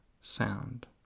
sound